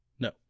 No